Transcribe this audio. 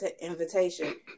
invitation